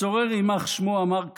הצורר, יימח שמו, אמר כך,